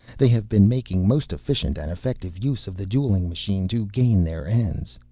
they have been making most efficient and effective use of the dueling machine to gain their ends.